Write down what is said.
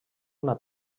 una